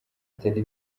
atari